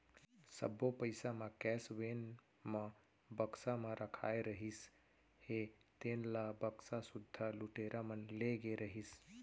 सब्बो पइसा म कैस वेन म बक्सा म रखाए रहिस हे तेन ल बक्सा सुद्धा लुटेरा मन ले गे रहिस